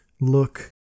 look